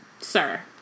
Sir